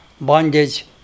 bondage